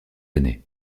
années